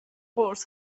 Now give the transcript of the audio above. قرص